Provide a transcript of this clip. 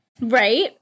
right